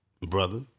brother